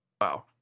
Wow